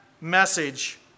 message